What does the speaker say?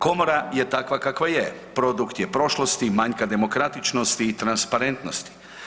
Komora je takva kakva je, produkt je prošlosti, manjka demokratičnosti i transparentnosti.